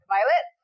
Violet